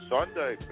Sunday